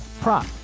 prop